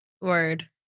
Word